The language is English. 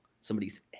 Somebody's